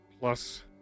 plus